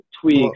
tweaks